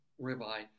ribeye